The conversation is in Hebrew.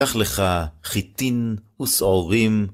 קח לך חיטים ושעורים?